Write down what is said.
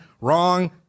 wrong